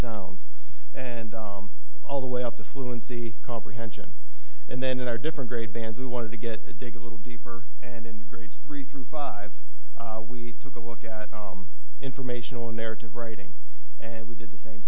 sounds and all the way up to fluency comprehension and then our different grade bands we wanted to get a dig a little deeper and in grades three through five we took a look at informational narrative writing and we did the same